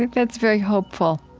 that's very hopeful,